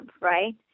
Right